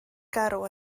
garw